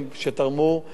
עוד לא הגעתי, זה רשום.